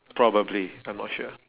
probably I'm not sure